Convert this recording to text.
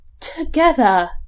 together